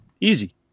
Easy